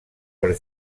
per